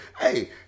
Hey